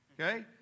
Okay